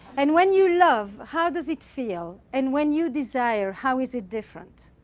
and when you love, how does it feel? and when you desire, how is it different?